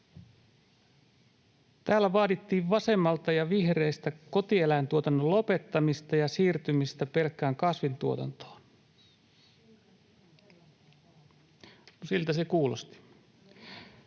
Täällä vaadittiin vasemmalta ja vihreistä kotieläintuotannon lopettamista ja siirtymistä pelkkään kasvintuotantoon. [Maria Ohisalo: